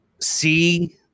see